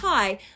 Hi